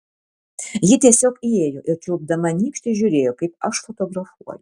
ji tiesiog įėjo ir čiulpdama nykštį žiūrėjo kaip aš fotografuoju